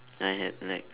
I had like